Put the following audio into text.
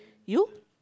you